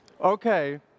Okay